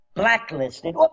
Blacklisted